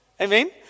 amen